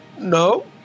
No